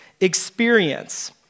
experience